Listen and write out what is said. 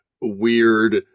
weird